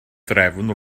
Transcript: drefn